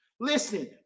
Listen